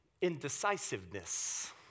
indecisiveness